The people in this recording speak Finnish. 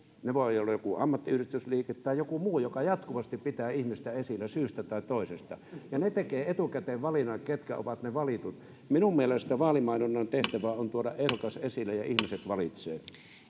se voi olla joku ammattiyhdistysliike tai joku muu joka jatkuvasti pitää ihmistä esillä syystä tai toisesta ja se tekee etukäteen valinnan ketkä ovat ne valitut minun mielestäni vaalimainonnan tehtävä on tuoda ehdokas esille ja ihmiset valitsevat